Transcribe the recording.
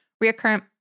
recurrent